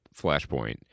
flashpoint